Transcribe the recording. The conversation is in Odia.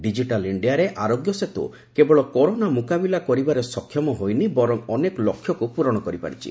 ଡିଜିଟାଲ ଇଣ୍ଡିଆରେ ଆରୋଗ୍ୟ ସେତୁ କେବଳ କରୋନା ମୁକାବିଲା କରିବାରେ ସକ୍ଷମ ହୋଇନି ବର୍ଚ୍ଚ ଅନେକ ଲକ୍ଷ୍ୟକୁ ପୂରଣ କରିପାରିଛି